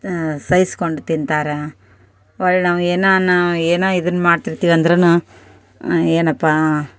ಸಹಿಸ್ಕೋಂಡ್ ತಿಂತಾರೆ ಹೊಳ್ಳಿ ನಾವು ಏನೋ ಅನ್ನೋ ಏನೋ ಇದನ್ನು ಮಾಡ್ತಿರ್ತೀವಿ ಅಂದ್ರುನೂ ಏನಪ್ಪಾ